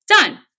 Done